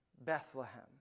Bethlehem